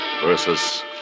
versus